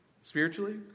spiritually